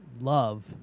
love